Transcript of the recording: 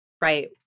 right